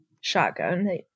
shotgun